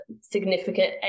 significant